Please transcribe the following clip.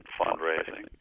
fundraising